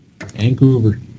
Vancouver